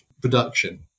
production